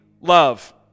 love